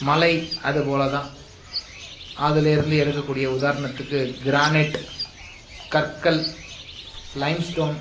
மலை அதுபோலதான் அதுலேருந்து எடுக்கக்கூடிய உதாரணத்துக்கு க்ரானைட் கற்கள் லைம்ஸ்டோன்